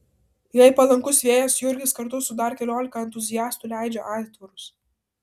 jei palankus vėjas jurgis kartu su dar keliolika entuziastų leidžia aitvarus